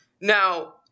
Now